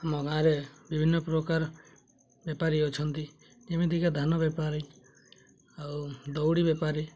ଆମ ଗାଁରେ ବିଭିନ୍ନ ପ୍ରକାର ବେପାରୀ ଅଛନ୍ତି ଯେମିତିକି ଧାନ ବେପାରୀ ଆଉ ଦଉଡ଼ି ବେପାରୀ